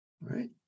right